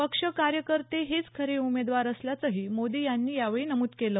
पक्ष कार्यकर्ते हेच खरे उमेदवार असल्याचंही मोदी यांनी यावेळी नमूद केलं